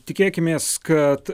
tikėkimės kad